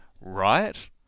right